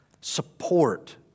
support